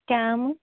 cam